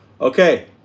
Okay